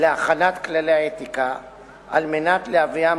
מספר להכנת כללי האתיקה על מנת להביאם